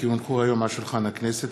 כי הונחו היום על שולחן הכנסת,